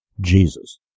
Jesus